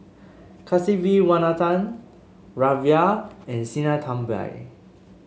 Kasiviswanathan and Sinnathamby